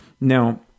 Now